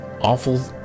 awful